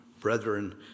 Brethren